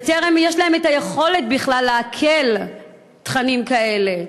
בטרם יש להם יכולת בכלל לעכל תכנים כאלה.